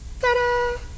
Ta-da